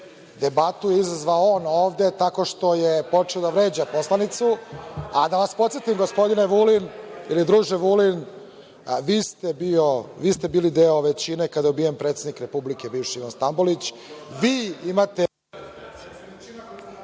Debatu je izazvao on ovde tako što je počeo da vređa poslanicu, a da vas podsetim, gospodine Vulin ili druže Vulin, vi ste bili deo većine kada je ubijen bivši predsednik Republike Ivan Stambolić. Vi imate…